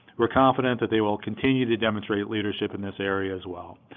we're confident that they will continue to demonstrate leadership in this area as well.